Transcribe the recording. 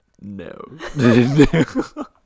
No